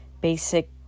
basic